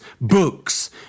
books